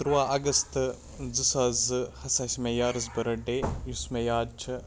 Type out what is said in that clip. تُرٛواہ اَگستہٕ زٕ ساس زٕ ہَسا چھِ مےٚ یارَس بٔرٕ ڈے یُس مےٚ یاد چھِ